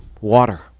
water